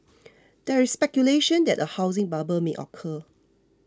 there is speculation that a housing bubble may occur